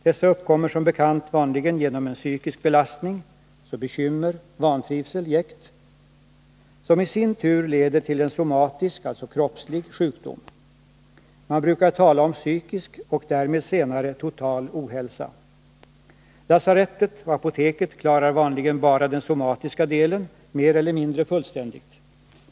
Dessa uppkommer som bekant vanligen genom en psykisk belastning — bekymmer, vantrivsel, jäkt — som i sin tur leder till en somatisk, alltså kroppslig, sjukdom. Man brukar tala om psykisk och därmed senare total ohälsa. Lasarettet och apoteket klarar vanligen bara den somatiska delen — mer eller mindre fullständigt.